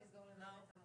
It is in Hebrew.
יוכל לבצע.